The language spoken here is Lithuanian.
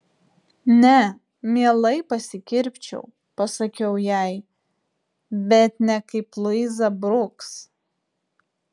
ne mielai pasikirpčiau pasakiau jai bet ne kaip luiza bruks